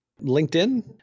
LinkedIn